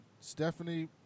stephanie